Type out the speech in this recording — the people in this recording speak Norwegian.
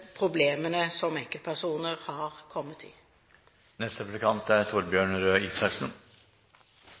problemene som enkeltpersoner har kommet i. Det er